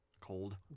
cold